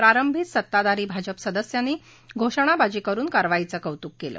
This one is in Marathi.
प्रारंभीच सत्ताधारी भाजप सदस्यांनी घोषणबाजी करून कारवाईचं कौतुक केलं